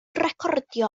recordio